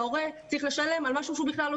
ההורה צריך לשלם על משהו שהוא בכלל לא